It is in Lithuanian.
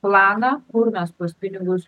planą kur mes tuos pinigus